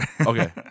Okay